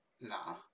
Nah